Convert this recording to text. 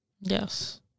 Yes